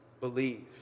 believe